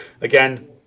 Again